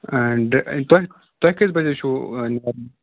آ تۄہہِ توہہِ کٔژ بَجہِ حظ چھُو نیرُن